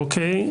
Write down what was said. אוקיי,